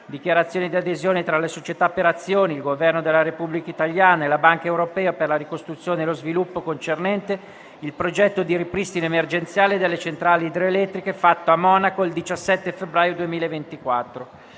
Dichiarazione di adesione tra la Società per azioni "Ukrhydroenergo", il Governo della Repubblica italiana e la Banca europea per la ricostruzione e lo sviluppo concernente il progetto di ripristino emergenziale delle centrali idroelettriche, fatto a Monaco il 17 febbraio 2024***